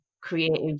creative